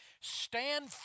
stand